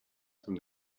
from